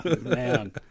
man